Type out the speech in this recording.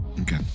Okay